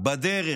בדרך,